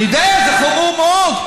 תראה, אני יודע, זה חמור מאוד.